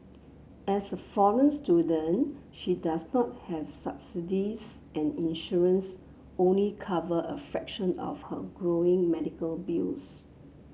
as a foreign student she does not have subsidies and insurance only cover a fraction of her growing medical bills